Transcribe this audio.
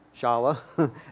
Shala